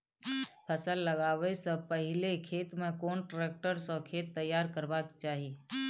फसल लगाबै स पहिले खेत में कोन ट्रैक्टर स खेत तैयार करबा के चाही?